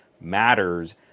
matters